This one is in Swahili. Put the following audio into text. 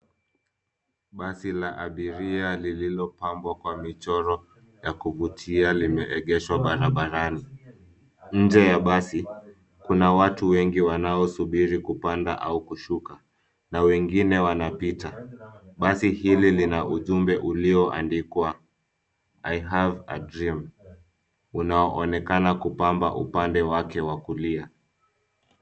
Basi la abiria lililopambwa kwa michoro ya kuvutia limeegeshwa barabarani. Nje ya basi, kuna watu wengi wanaosubiri kupanda au kushuka na wengine wanapita. Basi hili lina ujumbe ulioandikwa I have a dream unaonekana kupamba upande wake wa kulia.